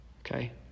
Okay